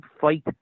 fight